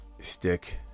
Stick